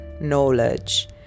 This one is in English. knowledge